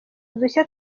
udushya